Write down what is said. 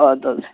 اَدٕ حظ